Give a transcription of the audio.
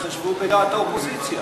שהתחשבו בדעת האופוזיציה?